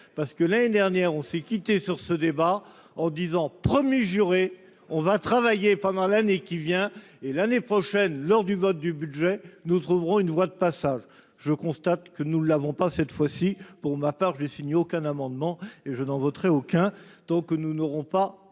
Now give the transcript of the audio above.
parce que l'année dernière on s'est quittés sur ce débat en disant, promis juré, on va travailler pendant l'année qui vient, et l'année prochaine, lors du vote du budget, nous trouverons une voie de passage, je constate que nous ne l'avons pas cette fois-ci, pour ma part, j'ai signé aucun amendement et je n'en très aucun tant que nous n'auront pas